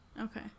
Okay